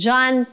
John